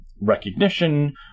recognition